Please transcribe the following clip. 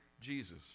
jesus